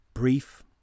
brief